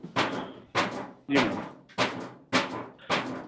जी madam